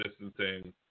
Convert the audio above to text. distancing